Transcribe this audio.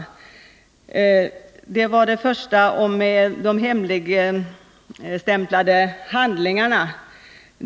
Jörgen Ullenhags första fråga gällde de hemligstämplade handlingarna.